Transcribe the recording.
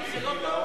אוהלים זה לא טוב?